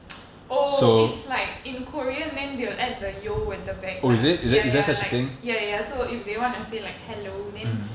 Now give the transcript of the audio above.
oh it's like in korean then they'll add the at the back lah ya ya like ya ya so if they wanna say like hello then